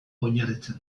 oinarritzen